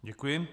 Děkuji.